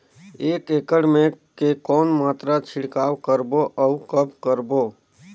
एक एकड़ मे के कौन मात्रा छिड़काव करबो अउ कब करबो?